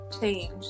change